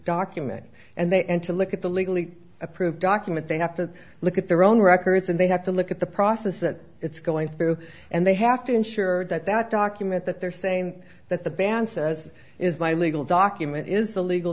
document and they and to look at the legally approved document they have to look at their own records and they have to look at the process that it's going through and they have to ensure that that document that they're saying that the band says is my legal document is the legal